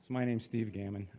so my name's steve gammon.